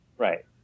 right